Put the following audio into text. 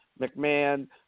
McMahon